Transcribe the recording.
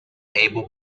able